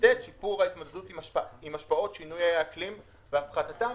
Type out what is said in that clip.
שיפור ההתמודדות עם השפעות שינויי האקלים והפחתתן".